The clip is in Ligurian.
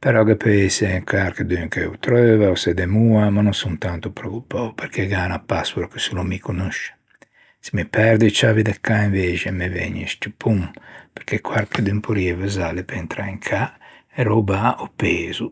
Però ghe peu ëse quarchedun che ô treuva, o se demoa ma no son tanto preoccopou perché gh'é unna password che solo mi conoscio. Se me perdo e ciavi de cà invexe me vëgne un scciuppon perché quarchedun porrieiva usâle pe intrâ in cà e röbâ ò pezo.